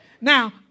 Now